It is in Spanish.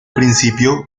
principio